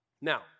Now